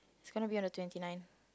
it's going to be on the twenty nine